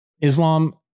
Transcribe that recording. Islam